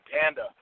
Panda